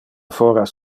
foras